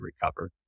recover